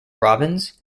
robins